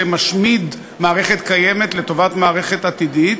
שמשמיד מערכת קיימת לטובת מערכת עתידית,